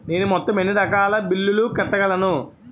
నేను మొత్తం ఎన్ని రకాల బిల్లులు కట్టగలను?